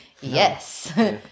Yes